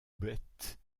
bête